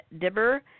Dibber